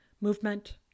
movement